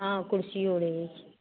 हँ कुर्सिओ रहैत छै